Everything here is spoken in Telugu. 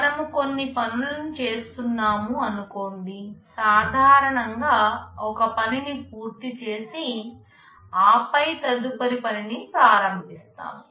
మనము కొన్ని పనులను చేస్తున్నాము అనుకోండి సాధారణంగా ఒక పనిని పూర్తి చేసి ఆపై తదుపరి పనినీ ప్రారంభిస్తాము